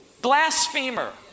Blasphemer